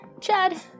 Chad